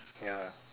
ya